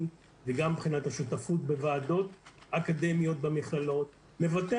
וגם מבחינת ההשתתפות בוועדות האקדמיות במכללות מבטא